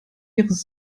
ihres